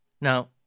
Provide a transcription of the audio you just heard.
Now